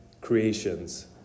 creations